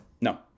No